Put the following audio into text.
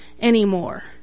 anymore